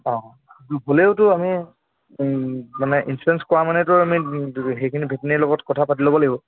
অঁ কিন্তু হ'লেওতো আমি মানে ইঞ্চুৰেঞ্চ কৰা মানেতো আমি সেইখিনি ভেটনেৰীৰ লগত কথা পাতি ল'ব লাগিব